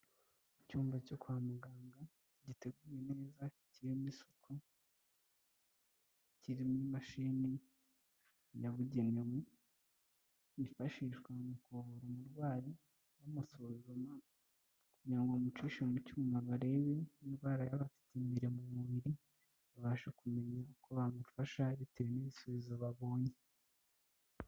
Icyumba cyo kwa muganga giteguwe neza, kirimo isuku, kirimo imashini yabugenewe yifashishwa mu kuvura umurwayi bamusuzuma kugira ngo bamucishe mu cyuma barebe indwara yaba bafite imbere mu mubiri, babashe kumenya uko bamufasha bitewe n'ibisubizo babonye.